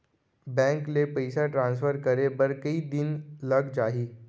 Bank से पइसा transfer करे बर कई दिन लग जाही?